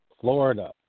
Florida